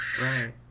Right